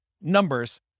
numbers